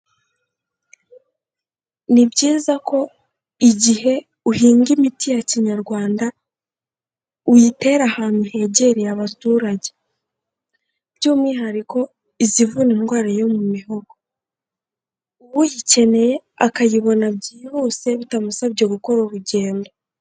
Ni byiza ko igihe uhinga imiti ya kinyarwanda uyitera ahantu hegereye abaturage, by'umwihariko izivura indwara yo mu mihogo, uyikeneye akayibona byihuse bitamusabye gukora urugendo.